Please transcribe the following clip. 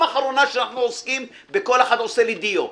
אחרונה שאנחנו עוסקים וכל אחד עושה לי דיו.